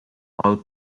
all